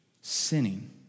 sinning